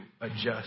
adjust